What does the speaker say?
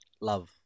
Love